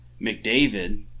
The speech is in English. McDavid